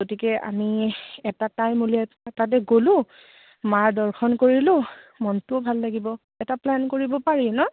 গতিকে আমি এটা টাইম উলিয়াই তাতে গ'লোঁ মাৰ দৰ্শন কৰিলোঁ মনটোও ভাল লাগিব এটা প্লেন কৰিব পাৰি নহ্